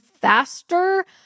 faster